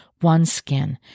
OneSkin